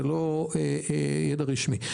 זה לא ידע רשמי.